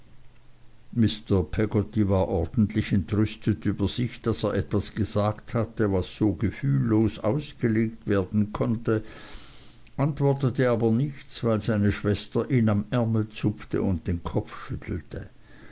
mr peggotty war ordentlich entrüstet über sich daß er etwas gesagt hatte was so gefühllos ausgelegt werden konnte antwortete aber nichts weil seine schwester ihn am ärmel zupfte und den kopf schüttelte